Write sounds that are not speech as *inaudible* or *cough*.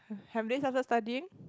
*breath* have they started studying